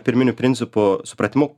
pirminių principų supratimu